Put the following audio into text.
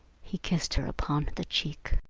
he kissed her upon the cheek.